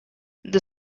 the